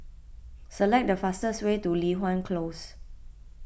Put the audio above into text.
select the fastest way to Li Hwan Close